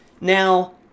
now